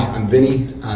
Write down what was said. i'm vinny.